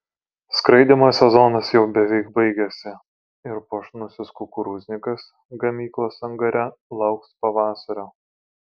skraidymo sezonas jau beveik baigėsi ir puošnusis kukurūznikas gamyklos angare lauks pavasario